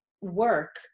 work